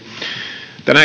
tänä